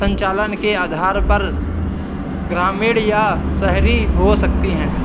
संचालन के आधार पर ग्रामीण या शहरी हो सकती हैं